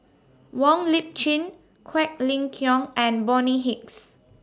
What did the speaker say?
Wong Lip Chin Quek Ling Kiong and Bonny Hicks